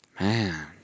Man